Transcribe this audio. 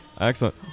Excellent